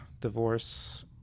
divorce